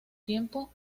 tiempo